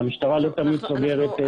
והמשטרה לא תמיד סוגרת תיקים.